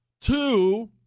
Two